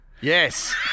Yes